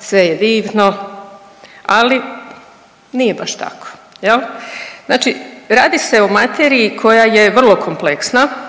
sve je divno, ali nije baš tako jel. Znači radi se o materiji koja je vrlo kompleksa,